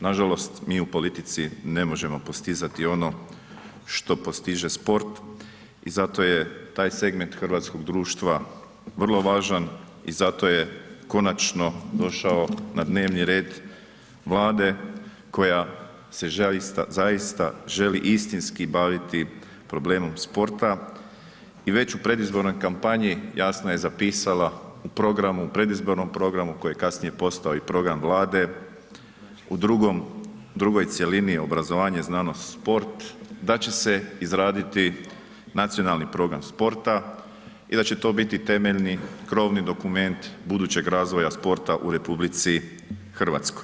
Nažalost mi u politici ne možemo postizati ono što postiže sport i zato je taj segment hrvatskog društva vrlo važan i zato je konačno došao na dnevni red Vlade koja se zaista želi istinski baviti problemom sporta i već u predizbornoj kampanji jasno je zapisala u programu, predizbornom programu koji je kasnije postao i program Vlade u drugom, drugoj cjelini obrazovanje, znanost i sport da će se izraditi nacionalni program sporta i da će to biti temeljni, krovni dokument budućeg razvoja sporta u RH.